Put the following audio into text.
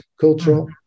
cultural